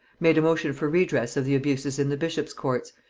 made a motion for redress of the abuses in the bishops' courts,